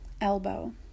elbow